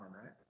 right